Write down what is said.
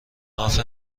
ناف